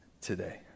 today